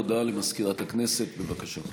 הודעה למזכירת הכנסת, בבקשה.